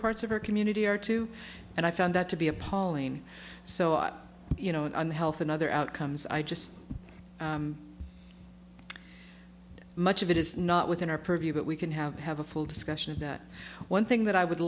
parts of our community are too and i found that to be appalling so you know on the health and other outcomes i just much of it is not within our purview but we can have have a full discussion that one thing that i would